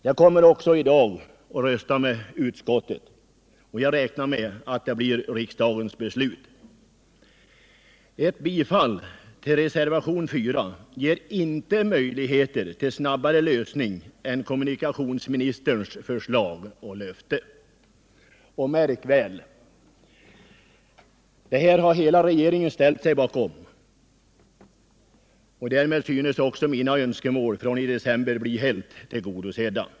Jag kommer också i dag att rösta med utskottet, och jag räknar med att dess förslag blir riksdagens beslut. Ett bifall till reservation 4 ger inte möjligheter till snabbare lösning än kommunikationsministerns förslag. Och märk väl: kommunikationsministerns löfte har hela regeringen ställt sig bakom. Därmed synes också mina önskemål från december bli helt tillgodosedda.